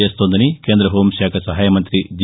చేస్తోందని కేంద్ర హోంశాఖ సహాయ మంతి జి